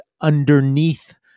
underneath